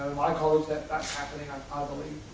my call is that that's happening, i ah believe.